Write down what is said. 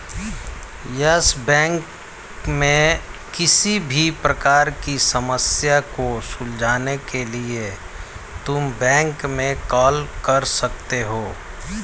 yes Bank में किसी भी प्रकार की समस्या को सुलझाने के लिए तुम बैंक में कॉल कर सकते हो